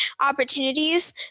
opportunities